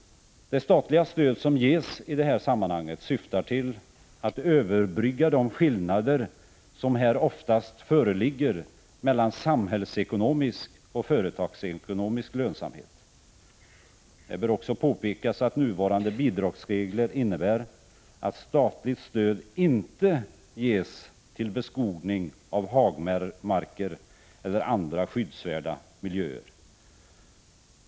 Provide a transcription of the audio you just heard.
Det statliga stöd som ges i det här sammanhanget syftar till att överbrygga de skillnader som här oftast föreligger mellan samhällsekonomisk och företagsekonomisk lönsamhet. Det bör också påpekas att nuvarande bidragsregler innebär att statligt stöd inte ges till beskogning av hagmarker eller andra skyddsvärda miljöer.